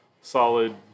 solid